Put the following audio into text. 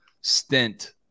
stint